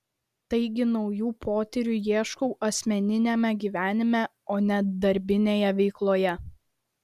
taigi naujų potyrių ieškau asmeniniame gyvenime o ne darbinėje veikloje